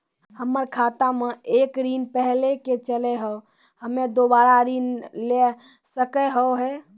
हमर खाता मे एक ऋण पहले के चले हाव हम्मे दोबारा ऋण ले सके हाव हे?